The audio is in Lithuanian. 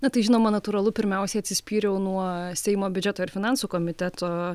na tai žinoma natūralu pirmiausiai atsispyriau nuo seimo biudžeto ir finansų komiteto